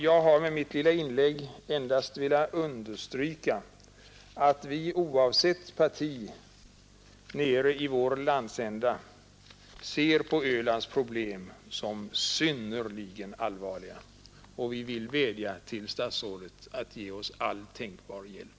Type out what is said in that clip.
Jag har med mitt inlägg endast velat understryka att vi nere i vår landsända oavsett parti ser på Ölands problem som synnerligen allvarliga. Vi vill vädja till statsrådet att ge Öland och dess befolkning all tänkbar hjälp.